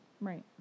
Right